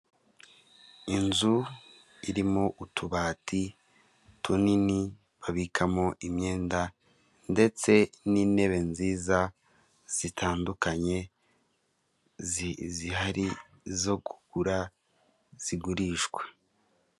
Inzu irimo utubati tinini babikamo imyenda ndetse n'intebe nziza zitandukanye, zihari zo kugura, zigurishwa.